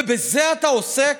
ובזה אתה עוסק?